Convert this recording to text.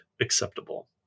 acceptable